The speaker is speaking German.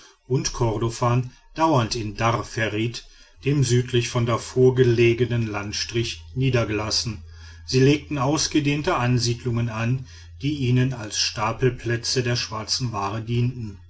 und kordofan dauernd in dar fertit dem südlich von darfur gelegenen landstrich niedergelassen sie legten ausgedehnte ansiedlungen an die ihnen als stapelplätze der schwarzen ware dienten